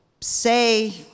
say